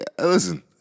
listen